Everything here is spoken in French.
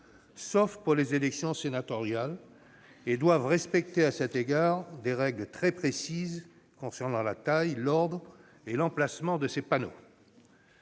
sauf pour les élections sénatoriales, et doivent respecter, à cet égard, des règles très précises concernant la taille, l'ordre et l'emplacement de ces panneaux.